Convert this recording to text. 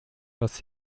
was